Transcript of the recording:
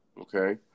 Okay